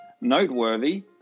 noteworthy